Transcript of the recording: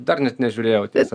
dar net nežiūrėjau tiesą